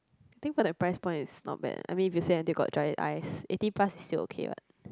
think for that price point it's not bad lah I mean if you say until got dry ice eighty plus is still okay what